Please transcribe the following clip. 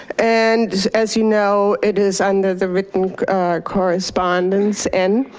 and as you know, it is under the written correspondence and